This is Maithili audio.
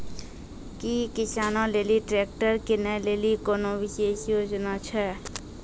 कि किसानो लेली ट्रैक्टर किनै लेली कोनो विशेष योजना छै?